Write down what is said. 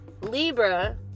Libra